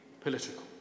political